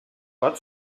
cost